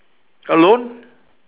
alone